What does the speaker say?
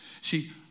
See